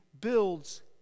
builds